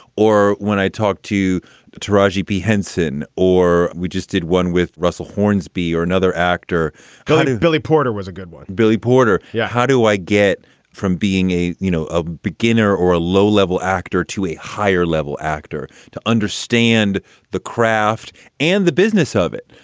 or when i talked to taraji p. henson or we just did one with russell hornsby or another actor, glen and billy porter was a good one. billy porter. yeah. how do i get from being a, you know, a beginner or a low level actor to a higher level actor to understand the craft and the business of it?